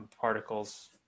particles